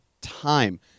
time